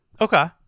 Okay